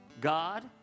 god